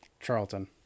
Charlton